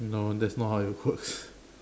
no that's not how it work